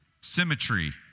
symmetry